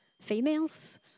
females